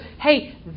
hey